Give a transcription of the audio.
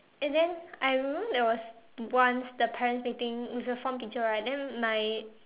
and then I remember there was once the parents meeting is the form teacher right then my